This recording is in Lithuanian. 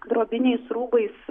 drobiniais rūbais